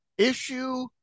Issue